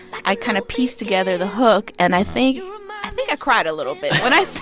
i kind of pieced together the hook, and i think um ah think i cried a little bit when i